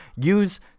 use